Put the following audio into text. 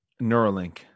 Neuralink